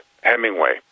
Hemingway